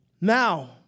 Now